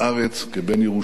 כבן ירושלים,